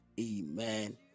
Amen